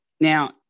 Now